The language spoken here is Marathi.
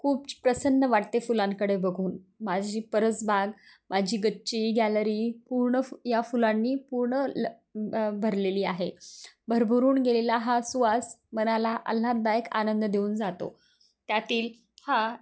खूप च प्रसन्न वाटते फुलांकडे बघून माझी परस बाग माझी गच्ची गॅलरी पूर्ण या फुलांनी पूर्ण ल भरलेली आहे भरभरून गेलेला हा सुवास मनाला आल्हाददायक आनंद देऊन जातो त्यातील हा